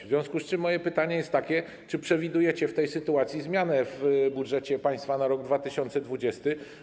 W związku z tym moje pytanie jest takie: Czy przewidujecie w tej sytuacji zmianę w budżecie państwa na rok 2020?